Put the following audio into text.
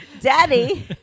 Daddy